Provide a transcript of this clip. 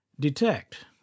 Detect